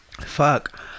Fuck